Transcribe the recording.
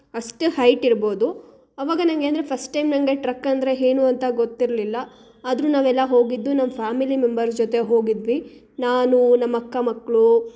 ಅಷ್ಟ್ ಹೈಟ್ ಇರ್ಬೋದು ಅವಾಗ ನನಗೆ ಅಂದರೆ ಫಸ್ಟ್ ಟೈಮ್ ನನಗೆ ಟ್ರಕ್ ಅಂದರೆ ಏನು ಅಂತ ಗೊತ್ತಿರಲಿಲ್ಲ ಆದರೂ ನಾವೆಲ್ಲ ಹೋಗಿದ್ದು ನಮ್ಮ ಫ್ಯಾಮಿಲಿ ಮೆಂಬರ್ ಜೊತೆ ಹೋಗಿದ್ವಿ ನಾನು ನಮ್ಮ ಅಕ್ಕ ಮಕ್ಳು